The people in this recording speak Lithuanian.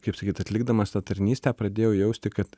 kaip sakyt atlikdamas tą tarnystę pradėjau jausti kad